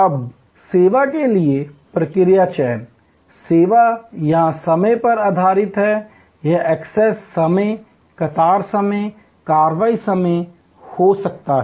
अब सेवा के लिए प्रक्रिया चयन सेवा यहां समय पर आधारित है यह एक्सेस समय कतार समय कार्रवाई समय हो सकता है